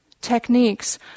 techniques